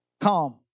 Calm